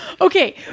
Okay